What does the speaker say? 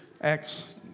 Acts